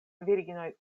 virinoj